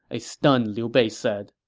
a stunned liu bei said.